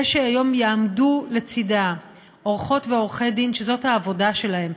זה שהיום יעמדו לצדה עורכות ועורכי דין שזאת העבודה שלהם,